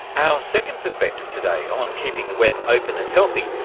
so second perspective today on keeping the web open and healthy,